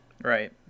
Right